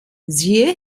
siehe